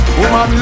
Woman